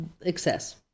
excess